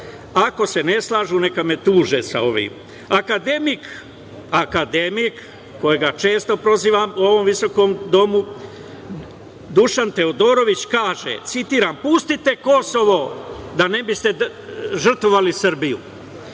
ako se ne slažu neka me tuže za ovo. Akademik, koga često prozivam u ovom visokom domu, Dušan Teodorović kaže, citiram – pustite Kosovo, da ne bi ste žrtvovali Srbiju.